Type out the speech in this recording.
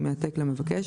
עם העתק למבקש,